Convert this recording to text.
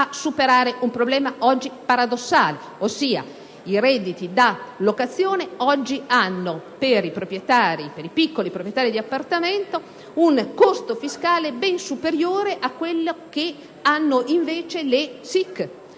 un problema oggi paradossale: i redditi da locazione oggi hanno per i piccoli proprietari di appartamento costi fiscali ben superiori a quelli che hanno invece per